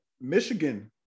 Michigan